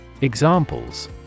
Examples